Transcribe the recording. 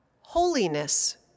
holiness